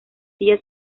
silla